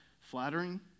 flattering